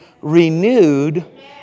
renewed